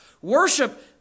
Worship